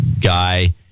guy